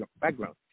background